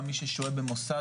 גם מי ששוהה במוסד,